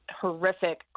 horrific